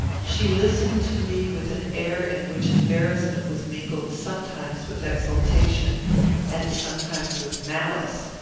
she listened to me with an air in which embarrassment was mingled sometimes with exultation and sometimes with malice.